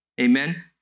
Amen